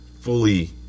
fully